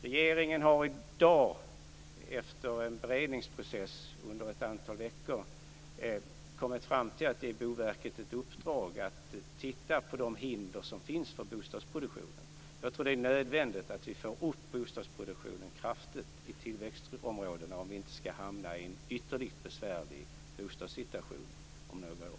Regeringen har i dag, efter en beredningsprocess under ett antal veckor, kommit fram till att ge Boverket i uppdrag att titta närmare på hindren för bostadsproduktionen. Jag tror att det är nödvändigt att öka bostadsproduktionen kraftigt i tillväxtområdena för att vi inte skall hamna i en ytterligt besvärlig bostadssituation om några år.